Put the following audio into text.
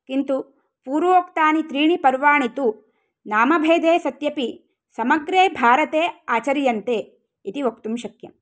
किन्तु पूर्वोक्तानि त्रीणि पर्वाणि तु नामभेदे सत्यपि समग्रे भारते आचर्यन्ते इति वक्तुं शक्यम्